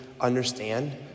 understand